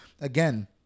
Again